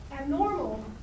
abnormal